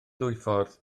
dwyffordd